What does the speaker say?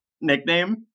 nickname